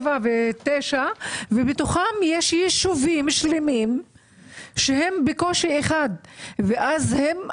7 ו-9 ובתוכן יש ישובים שלמים שהם בקושי 1. ואז הם,